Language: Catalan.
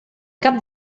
cap